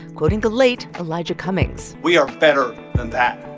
quoting the late elijah cummings we are better than that.